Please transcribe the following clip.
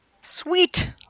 sweet